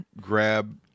grab